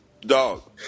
Dog